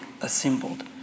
assembled